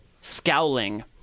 scowling